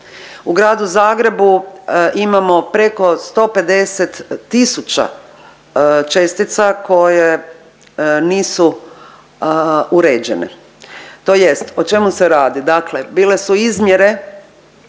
U gradu Zagrebu imamo preko 150 tisuća čestica koje nisu uređene, tj. o čemu se radi. Dakle bile su izmjene